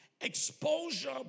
Exposure